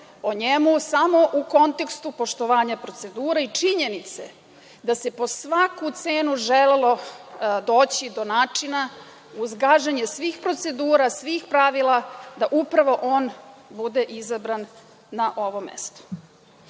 o njemu samo u kontekstu poštovanja procedure i činjenice da se po svaku cenu želelo doći do načina uz gaženje svih procedura, svih pravila, da upravo on bude izabran na ovo mestu. Htela